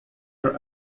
for